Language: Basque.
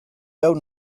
hau